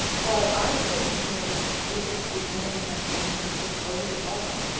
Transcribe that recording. well, i've been doing visits with many of my patients just over the telephone.